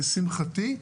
לשמחתי,